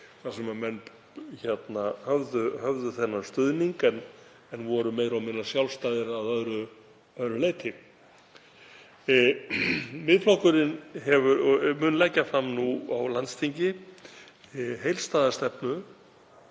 þar sem menn höfðu stuðning en voru meira og minna sjálfstæðir að öðru leyti. Miðflokkurinn mun leggja fram á landsþingi heildstæða stefnu